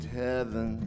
heaven